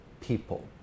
people